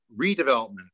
redevelopment